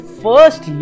first